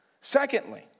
Secondly